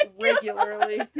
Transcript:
regularly